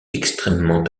extrêmement